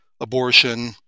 abortion